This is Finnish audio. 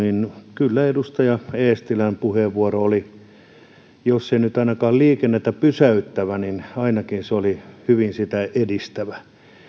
kyllä edustaja eestilän puheenvuoro oli jos ei nyt liikennettä pysäyttävä ainakin se oli hyvin sitä edistävä